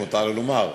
אם מותר לי לומר,